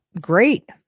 Great